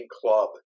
club